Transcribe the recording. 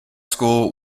school